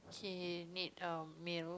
okay made a meal